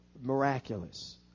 miraculous